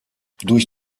durch